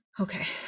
Okay